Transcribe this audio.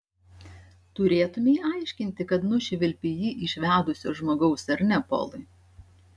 turėtumei aiškinti kad nušvilpei jį iš vedusio žmogaus ar ne polai